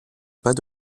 pas